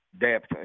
depth